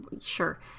Sure